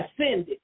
ascended